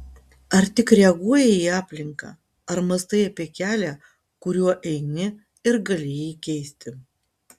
ar tik reaguoji į aplinką ar mąstai apie kelią kuriuo eini ir gali jį keisti